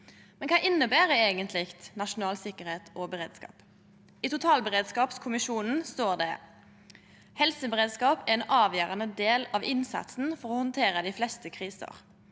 Kva inneber eigentleg nasjonal sikkerheit og beredskap? I rapporten frå totalberedskapskommisjonen står det: «Helseberedskap er en avgjørende del av innsatsen for å håndtere de fleste typer